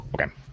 Okay